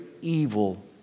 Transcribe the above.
evil